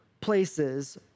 places